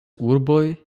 urboj